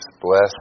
bless